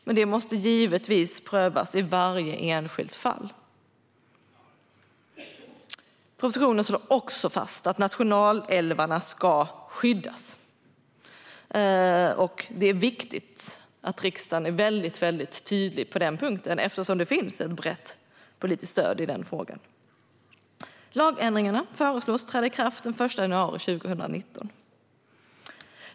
Men det måste givetvis prövas i varje enskilt fall. I propositionen slås också fast att nationalälvarna ska skyddas. Det är viktigt att riksdagen är mycket tydlig på den punkten, eftersom det finns ett brett politiskt stöd i den frågan. Lagändringarna föreslås träda i kraft den 1 januari 2019.